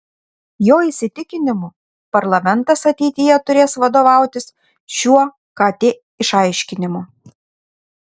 jo įsitikinimu parlamentas ateityje turės vadovautis šiuo kt išaiškinimu